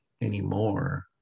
anymore